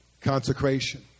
consecration